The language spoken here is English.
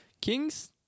Kings